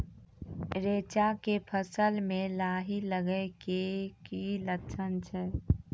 रैचा के फसल मे लाही लगे के की लक्छण छै?